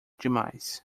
demais